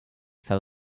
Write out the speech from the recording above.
fell